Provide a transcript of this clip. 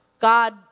God